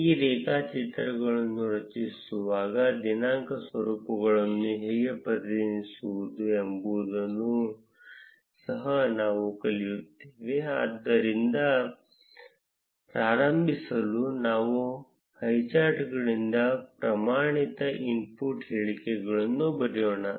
ಈ ರೇಖಾಚಿತ್ರಗಳನ್ನು ರಚಿಸುವಾಗ ದಿನಾಂಕ ಸ್ವರೂಪಗಳನ್ನು ಹೇಗೆ ಪ್ರತಿನಿಧಿಸುವುದು ಎಂಬುದನ್ನು ಸಹ ನಾವು ಕಲಿಯುತ್ತೇವೆ ಆದರೆ ಪ್ರಾರಂಭಿಸಲು ನಾವು ಹೈಚಾರ್ಟ್ಗಳಿಂದ ಪ್ರಮಾಣಿತ ಇನ್ಪುಟ್ ಹೇಳಿಕೆಗಳನ್ನು ಬರೆಯೋಣ